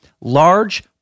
large